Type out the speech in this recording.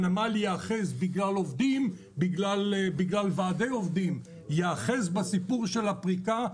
ובגלל עובדים ובגלל ועדי עובדים הנמל ייאחז בסיפור של הפריקה,